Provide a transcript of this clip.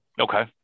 Okay